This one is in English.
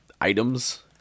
items